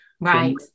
Right